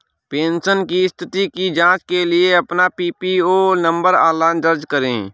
pension की स्थिति की जांच के लिए अपना पीपीओ नंबर ऑनलाइन दर्ज करें